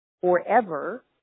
forever